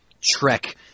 Trek